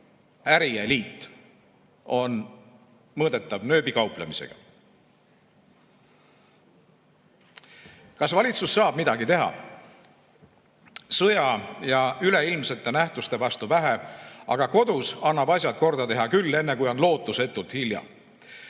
ärieliit on mõõdetav nööbikauplemisega. Kas valitsus saab midagi teha? Sõja ja üleilmsete nähtuste vastu vähe, aga kodus annab asjad korda teha küll, enne kui on lootusetult hilja.